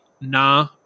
nah